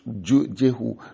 Jehu